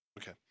Okay